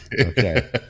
Okay